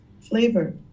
flavor